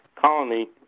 colony